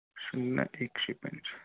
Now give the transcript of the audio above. शून्य एकशे पंच्या